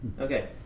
okay